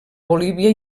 bolívia